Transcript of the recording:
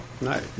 Nice